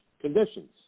conditions